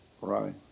Right